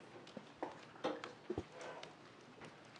בבקשה.